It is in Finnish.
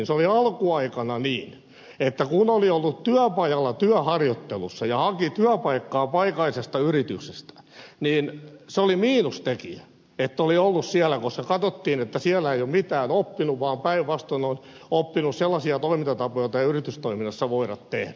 se oli alkuaikana niin että kun oli ollut työpajalla työharjoittelussa ja haki työpaikkaa paikallisesta yrityksestä niin se oli miinustekijä että oli ollut siellä koska katsottiin että siellä ei ole mitään oppinut vaan päinvastoin on oppinut sellaisia toimintatapoja joita ei yritystoiminnassa voida tehdä